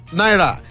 naira